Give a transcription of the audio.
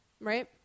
right